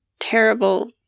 terrible